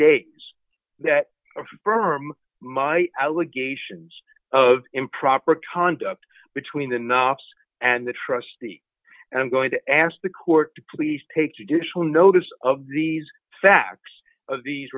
days that firm my allegations of improper conduct between the knops and the trustee and i'm going to ask the court to please take additional notice of these facts of these